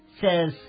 says